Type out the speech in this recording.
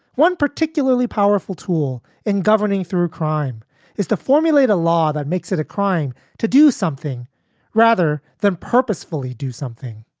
one particularly powerful tool in governing through crime is to formulate a law that makes it a crime to do something rather than purposefully do something.